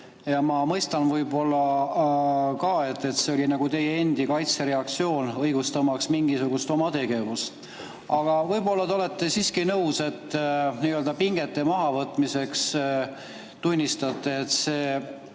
ka, et võib-olla see oli nagu teie endi kaitsereaktsioon õigustamaks mingisugust oma tegevust. Aga võib-olla te olete siiski nõus ja pingete mahavõtmiseks tunnistate, et see